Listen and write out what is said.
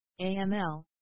AML